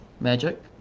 Magic